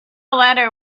letter